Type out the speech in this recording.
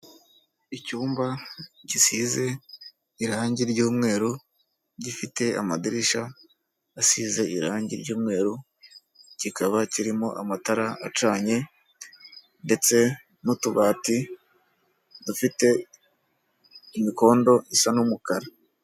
Icyumba gisize irange ry'umweru, gifite amadirishya asize irangi ry'umweru, kikaba kirimo amatara acanye ndetse n'utubati dufite imikondo isa n'umukara.